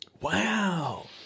Wow